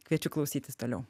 kviečiu klausytis toliau